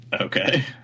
okay